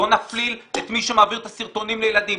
בוא נפליל את מי שמעביר את הסרטונים לילדים,